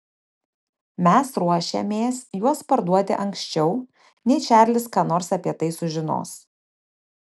mes ruošiamės juos parduoti anksčiau nei čarlis ką nors apie tai sužinos